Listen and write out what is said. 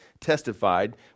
testified